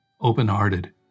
open-hearted